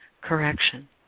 correction